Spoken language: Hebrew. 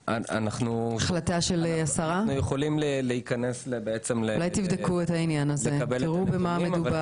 אנחנו יכולים להיכנס --- אולי תבדקו את העניין הזה ותראו במה מדובר.